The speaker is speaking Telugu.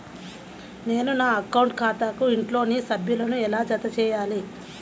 నేను నా అకౌంట్ ఖాతాకు ఇంట్లోని సభ్యులను ఎలా జతచేయాలి?